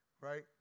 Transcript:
Right